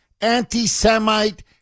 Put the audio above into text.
anti-Semite